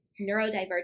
neurodivergent